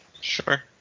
Sure